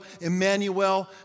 Emmanuel